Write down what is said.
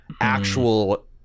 actual